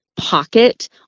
pocket